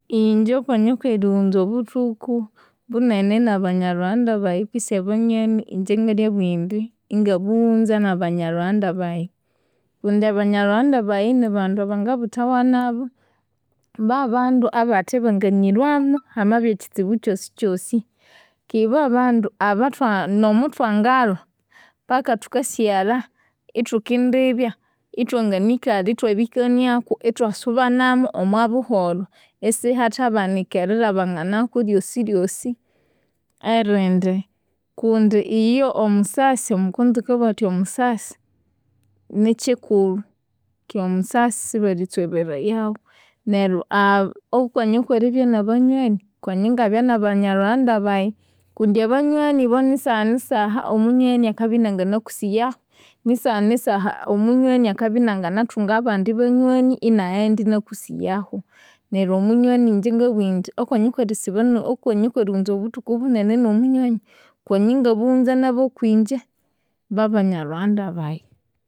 Inje okwanya okwerighunza obuthuku bunene nabanyalhughanda bayi kwisi abanyoni, inje ngalyabugha indi ingabughunza nabanyalhughanda bayi. Kundi abanyalhughanda bayi nibandu abangabuthawa nabu, babandu abathebanganyilhwamu hamabya ekyitsibu kyosikyosi. Kiba babandu abathwa nomuthwangalhwa, paka thukasighalha ithukindibya ithwanganikalha ithwabikaniaku ithwasubanamu omwabuholho. Isihathabanika erilhabanganaku ryosi ryosi erindi kundi iyo omusasi, omukonzo akabugha athi omusasi nikyikulhu. Kandi omusasi sibalisoberaya neryo aba- okwanya kweribya nabanyoni kwanya ingabya nabanyalhughanda bayi kundi abanyoni ibo nisanisaha omunyoni akabya inyanganakusighahu. Nisahanisa omunyoni akabya inanganathunga abandi banyoni inaghenda inakusighahu. Neryo omunyoni inje ngabugha indi okwanya kwerighunza obuthuku obunene nomunyoni, kwanya ingabunza nabokwinje, babanyalhughanda bayi.